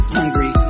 hungry